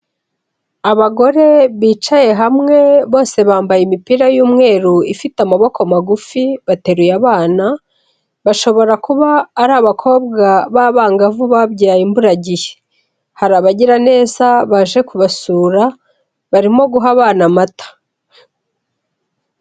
Abagore bicaye hamwe bose bambaye imipira y'umweru ifite amaboko magufi bateruye abana, bashobora kuba ari abakobwa b'abangavu babyaye imburagihe, hari abagiraneza baje kubasura barimo guha abana amata.